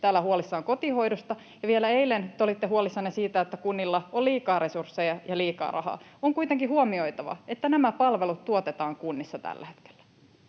täällä huolissaan kotihoidosta ja vielä eilen te olitte huolissanne siitä, että kunnilla on liikaa resursseja ja liikaa rahaa. On kuitenkin huomioitava, että nämä palvelut tuotetaan kunnissa tällä hetkellä,